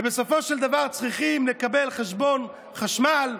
ובסופו של דבר צריכים לקבל חשבון חשמל,